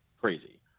crazy